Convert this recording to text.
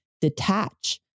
detach